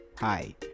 Hi